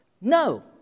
No